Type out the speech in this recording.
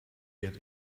get